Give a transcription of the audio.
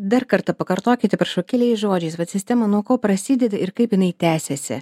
dar kartą pakartokite prašau keliais žodžiais bet sistema nuo ko prasideda ir kaip jinai tęsiasi